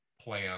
plan